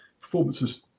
performances